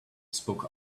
spoke